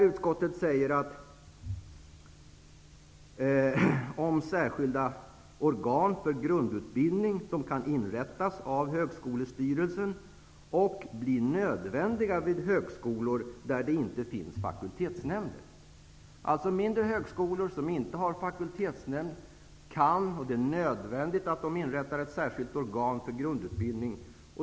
Utskottet säger där att särskilda organ för grundutbildning kan inrättas av högskolestyrelsen -- och blir nödvändiga vid högskolor där det inte finns fakultetsnämnder. Alltså: Mindre högskolor som inte har fakultetsnämnd kan, och det är nödvändigt, inrätta ett särskilt organ för grundutbildning.